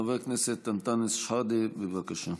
חבר הכנסת אנטאנס שחאדה, בבקשה.